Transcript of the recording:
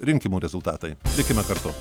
rinkimų rezultatai likime kartu